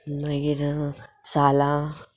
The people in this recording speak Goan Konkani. मागीर सालां